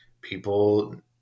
people